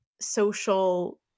social